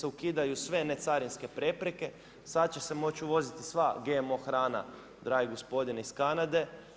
ukidaju sve necarinske prepreke, sada će se moći uvoziti sva GMO hrana dragi gospodine iz Kanade.